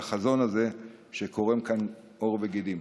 של החזון הזה שקורם כאן עור וגידים.